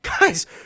Guys